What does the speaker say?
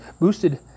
boosted